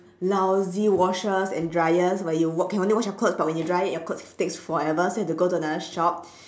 lousy washers and dryers but you wa~ can only wash your clothes but when you dry it your clothes takes forever so you have to go to another shop